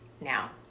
now